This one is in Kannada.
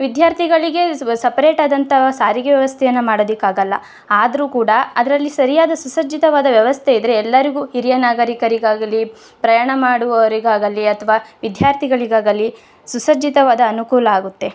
ವಿದ್ಯಾರ್ಥಿಗಳಿಗೆ ಸಪ್ರೇಟಾದಂಥ ಸಾರಿಗೆ ವ್ಯವಸ್ಥೆಯನ್ನು ಮಾಡೋದಕ್ಕಾಗಲ್ಲ ಆದರೂ ಕೂಡ ಅದರಲ್ಲಿ ಸರಿಯಾದ ಸುಸಜ್ಜಿತವಾದ ವ್ಯವಸ್ಥೆ ಇದ್ದರೆ ಎಲ್ಲರಿಗೂ ಹಿರಿಯ ನಾಗರೀಕರಿಗಾಗಲಿ ಪ್ರಯಾಣ ಮಾಡುವವರಿಗಾಗಲಿ ಅಥವಾ ವಿದ್ಯಾರ್ಥಿಗಳಿಗಾಗಲಿ ಸುಸಜ್ಜಿತವಾದ ಅನುಕೂಲ ಆಗುತ್ತೆ